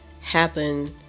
happen